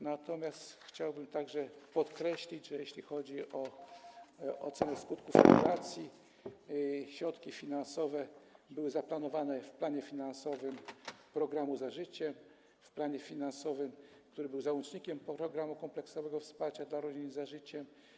Natomiast chciałbym także podkreślić, że jeśli chodzi o ocenę skutków regulacji, to środki finansowe były zaplanowane w planie finansowym programu „Za życiem”, który był załącznikiem do programu kompleksowego wsparcia dla rodzin „Za życiem”